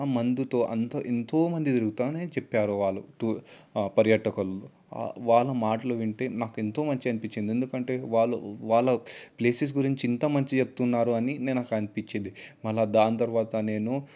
మందుతో అంత ఎంతో మంది తిరుగుతానే చెప్పారు వాళ్ళు ఆ పర్యటక వాళ్ళు మాటలు వింటే నాకు ఎంతో మంచిగ అనిపించింది ఎందుకంటే వాళ్ళు వాళ్ళ ప్లేసెస్ గురించి ఇంత మంచిగ చెప్తున్నారు అని నేను అనిపించింది మళ్ళీ దాని తర్వాత నేను